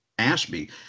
Ashby